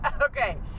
okay